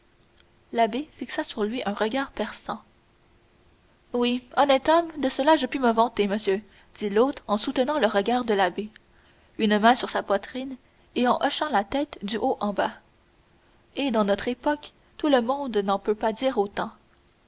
l'abbé fixa sur lui un regard perçant oui honnête homme de cela je puis me vanter monsieur dit l'hôte en soutenant le regard de l'abbé une main sur sa poitrine et en hochant la tête du haut en bas et dans notre époque tout le monde n'en peut pas dire autant